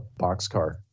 boxcar